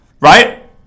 Right